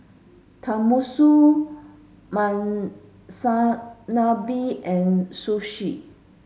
Tenmusu Monsunabe and Sushi